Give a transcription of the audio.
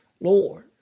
lord